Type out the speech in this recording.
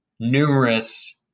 numerous